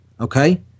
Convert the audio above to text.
okay